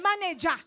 manager